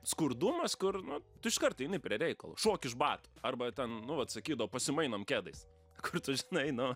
skurdumas kur nu tu iškart eini prie reikalo šok iš batų arba ten nu vat sakydavo pasimainom kedais kur tu žinai nu